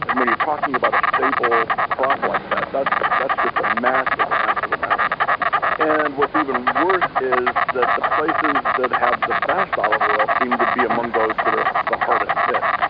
and when you're talking about a staple crop like that, that's just a massive, massive amount and what's even worse is that the places that have the best olive oil seem to be among those that are the hardest hit.